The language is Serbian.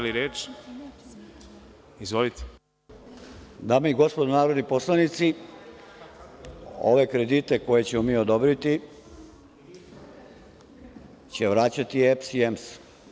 Dame i gospodo narodni poslanici, ove kredite koje ćemo odobriti će vraćati EPS i EMS.